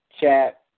chat